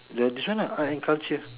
the this one lah art and culture